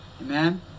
Amen